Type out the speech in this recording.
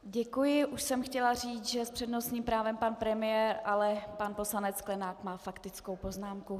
Děkuji, už jsem chtěla říct, že s přednostním právem pan premiér, ale pan poslanec Sklenák má faktickou poznámku.